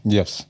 Yes